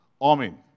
Amen